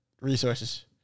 Resources